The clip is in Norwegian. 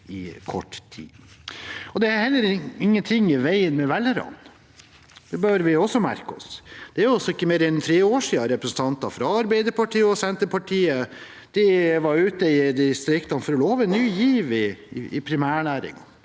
Det er heller ingen ting i veien med velgerne. Det bør vi også merke oss. Det er ikke mer enn tre år siden representanter fra Arbeiderpartiet og Senterpartiet var ute i distriktene for å love ny giv i primærnæringene,